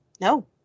no